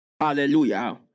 Hallelujah